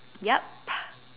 yup